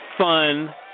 Fun